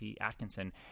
Atkinson